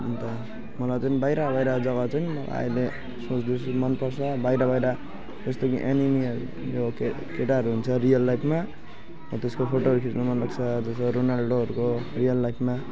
अन्त मलाई चाहिँ बाहिर बाहिर जग्गा चाहिँ मलाई आहिले सोच्दैछु मनपर्छ बाहिर बाहिर जस्तो कि एनेमीहरू यो के अरे केटाहरू हुन्छ रियल लाइफमा हो त्यसको फोटोहरू खिच्नु मनलाग्छ जस्तो रोनाल्डोहरूको रियल लाइफमा